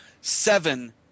seven